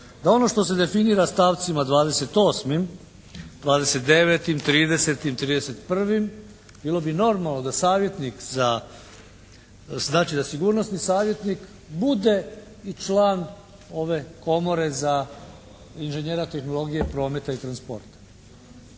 da ono što se definira stavcima 28., 29., 30., 31. bilo bi normalno da savjetnik, znači da sigurnosni savjetnik bude i član ove komore inženjera tehnologije, prometa i transporta.